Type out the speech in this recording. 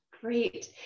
Great